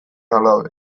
alabek